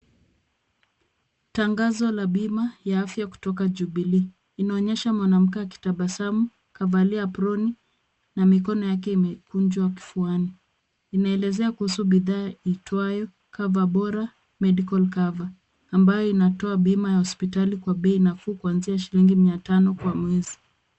Tangazo la bima ya afya kutoka Jubilee, inaonyesha mwanamke akitabasamu, kavalia aproni na mikono yake imekunjwa kifuani, imeelezea kuhusu bima iitwayo Cover Bora Medical Cover ambayo inatoa bima ya hospitali kwa bei nafuu kwanzia shillingi mia tano kwa mwezi.